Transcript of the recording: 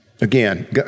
Again